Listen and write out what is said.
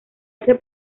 hace